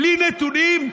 בלי נתונים?